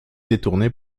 détournée